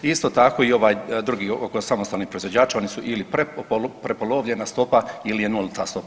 Isto tako i ovaj drugi oko samostalnih proizvođača, oni su ili prepolovljena stopa ili je nulta stopa.